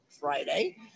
Friday